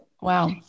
Wow